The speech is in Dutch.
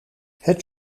het